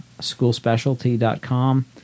schoolspecialty.com